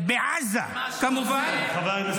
בעזה, כמובן -- אתה ממש מסלף.